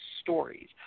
stories